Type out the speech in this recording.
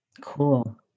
Cool